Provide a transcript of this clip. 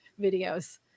videos